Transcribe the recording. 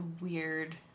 weird